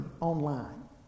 online